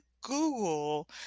google